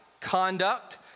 conduct